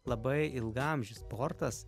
labai ilgaamžis sportas